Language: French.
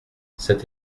cet